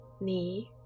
knee